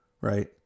Right